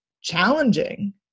challenging